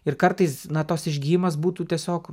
ir kartais na tos išgijimas būtų tiesiog